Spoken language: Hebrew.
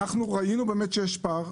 ראינו שיש פער,